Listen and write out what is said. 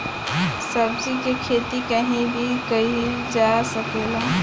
सब्जी के खेती कहीं भी कईल जा सकेला